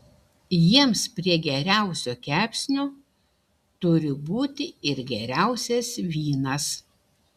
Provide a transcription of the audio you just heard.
jiems prie geriausio kepsnio turi būti ir geriausias vynas